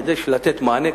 כדי לתת מענה,